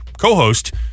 co-host